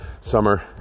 summer